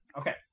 Okay